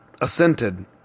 assented